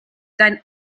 dein